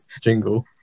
jingle